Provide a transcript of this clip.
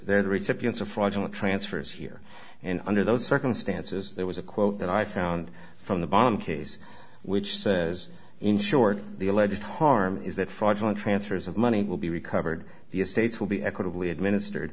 fraudulent transfers here and under those circumstances there was a quote that i found from the bomb case which says insured the alleged harm is that fraudulent transfers of money will be recovered the estates will be equitably administered